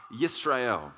Yisrael